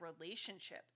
relationship